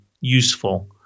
useful